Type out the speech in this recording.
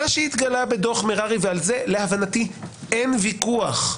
מה שהתגלה בדוח מררי, ועל זה להבנתי אין ויכוח,